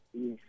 Yes